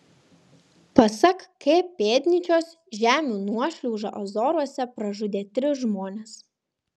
pasak k pėdnyčios žemių nuošliauža azoruose pražudė tris žmones